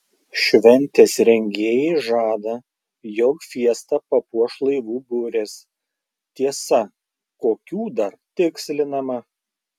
šventės rengėjai žada jog fiestą papuoš laivų burės tiesa kokių dar tikslinama